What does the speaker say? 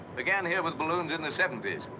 began here with balloons in the seventy s.